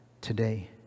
today